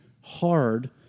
hard